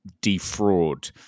defraud